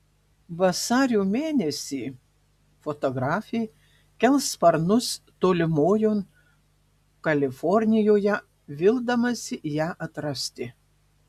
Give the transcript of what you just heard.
vasario mėnesį fotografė kels sparnus tolimojon kalifornijoje vildamasi ją atrasti